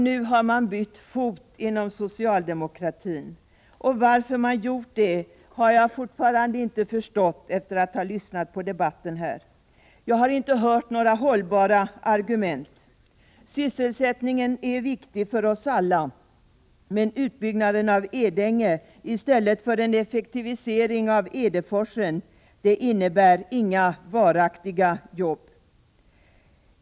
Nu har man bytt fot inom socialdemokratin. Varför man har gjort det har jag fortfarande inte förstått efter att ha lyssnat på debatten. Jag har inte hört några hållbara argument. Sysselsättningen är viktig för oss alla, men utbyggnaden av Edänge i stället för en effektivisering av Edängeforsen innebär inte några varaktiga jobb.